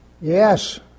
Yes